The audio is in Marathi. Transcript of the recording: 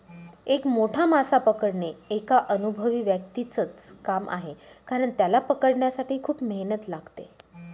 एक मोठा मासा पकडणे एका अनुभवी व्यक्तीच च काम आहे कारण, त्याला पकडण्यासाठी खूप मेहनत लागते